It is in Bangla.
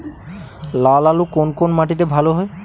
লাল আলু কোন মাটিতে ভালো হয়?